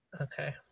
Okay